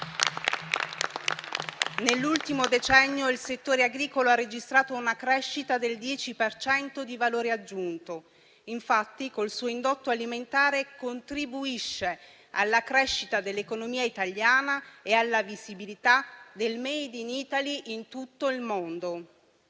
Nell'ultimo decennio il settore agricolo ha registrato una crescita del 10 per cento di valore aggiunto; infatti, col suo indotto alimentare contribuisce alla crescita dell'economia italiana e alla visibilità del *made in Italy* in tutto il mondo.